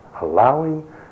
allowing